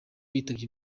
yitabye